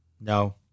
No